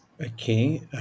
Okay